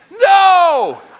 no